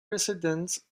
residents